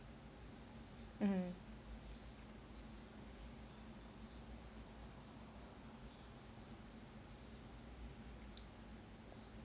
mm